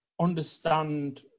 understand